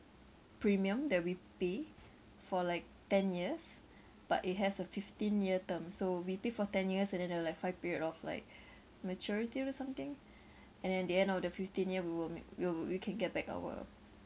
premium that we pay for like ten years but it has a fifteen year term so we pay for ten years and then there were like five period of like maturity or something and then at the end of the fifteen year we will make we'll we can get back our